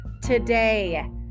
today